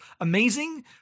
amazing